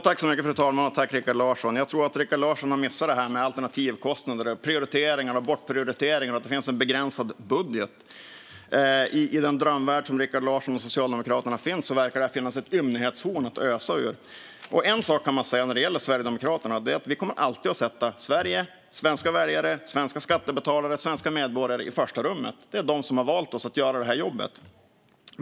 Fru talman! Jag tror att Rikard Larsson har missat detta med alternativkostnader, prioriteringar och bortprioriteringar och att det finns en begränsad budget. I den drömvärld där Rikard Larsson och Socialdemokraterna finns verkar det finnas ett ymnighetshorn att ösa ur. En sak kan man säga när det gäller Sverigedemokraterna, och det är att vi alltid kommer att sätta Sverige, svenska väljare, svenska skattebetalare och svenska medborgare i första rummet. Det är de som har valt oss att göra det här jobbet.